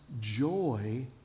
joy